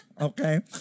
Okay